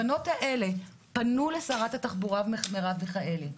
הבנות האלה פנו לשרת התחבורה מרב מיכאלי,